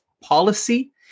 policy